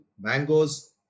mangoes